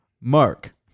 Mark